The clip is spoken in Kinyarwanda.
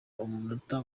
umunota